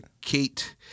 Kate